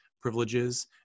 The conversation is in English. privileges